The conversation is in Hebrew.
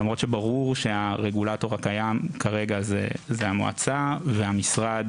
למרות שברור שהרגולטור הקיים כרגע זה המועצה והמשרד